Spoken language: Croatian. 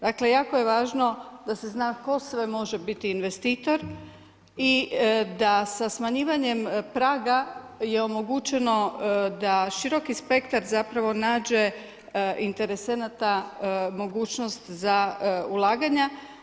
Dakle, jako je važno da se zna tko sve može biti investitor i da sa smanjivanjem praga je omogućeno da široki spektar zapravo nađe interesenata mogućnost za ulaganja.